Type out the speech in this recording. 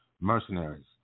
mercenaries